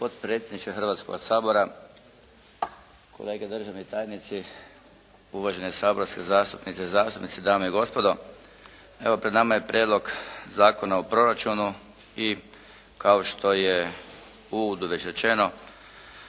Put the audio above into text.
potpredsjedniče Hrvatskoga sabora, kolege državni tajnici, uvažene saborske zastupnice i zastupnici, dame i gospodo. Evo pred nama je Prijedlog zakona o proračunu i kao što je u uvodu već rečeno